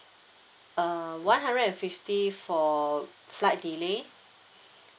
uh one hundred and fifty for flight delay